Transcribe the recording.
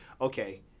Okay